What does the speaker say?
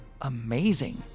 amazing